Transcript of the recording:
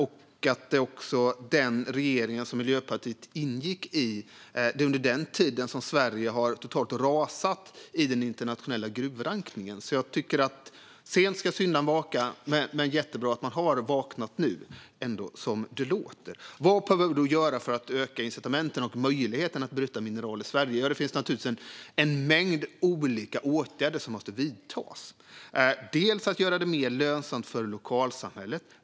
Under den tid som Miljöpartiet ingick i regeringen rasade Sverige i den internationella gruvrankningen. Sent ska syndaren vakna, men det är bra att syndaren nu verkar ha vaknat. Vad behöver man då göra för att öka incitamenten och möjligheterna att bryta mineral i Sverige? Det finns naturligtvis en mängd olika åtgärder som måste vidtas. Det gäller dels att göra det mer lönsamt för lokalsamhället.